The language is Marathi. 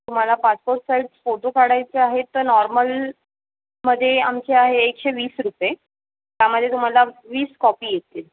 तुम्हाला पासपोट साईज फोटो काढायचे आहेत तर नॉर्मलमध्ये आमचे आहे एकशे वीस रुपये त्यामध्ये तुम्हाला वीस कॉपी येतील